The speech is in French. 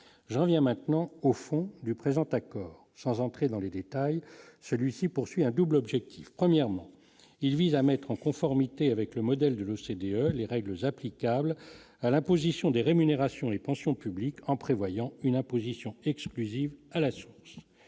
j'en viens maintenant au fond du présent accord, sans entrer dans les détails, celui-ci poursuit un double objectif : premièrement il vise à mettre en conformité avec le modèle de l'OCDE, les règles applicables à l'imposition des rémunérations et pensions publiques en prévoyant une imposition exclusive à la suite,